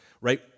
right